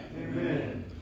Amen